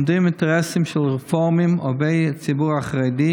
עומדים אינטרסים של רפורמים אויבי הציבור החרדי,